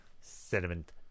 sediment